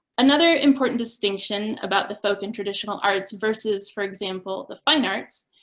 another important distinction about the folk and traditional arts versus, for example, the fine arts,